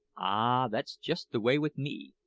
ah! that's just the way with me,